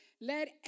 Let